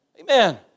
Amen